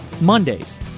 Mondays